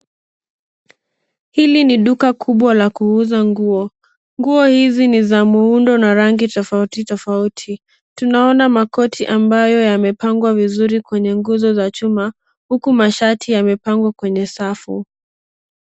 Hili ni duka kubwa la kuuza nguo. Nguo hizi ni za muundo na rangi tofauti tofauti. Tunaona makoti ambayo yamepangwa vizuri kwa nguzo la chuma, huku mashati yamepangwa kwenye safu.